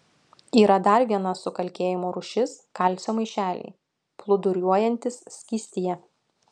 yra dar viena sukalkėjimo rūšis kalcio maišeliai plūduriuojantys skystyje